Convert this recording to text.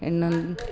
ಇನ್ನೊಂದು